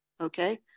Okay